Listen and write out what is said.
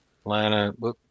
Atlanta